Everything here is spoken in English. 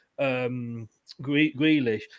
Grealish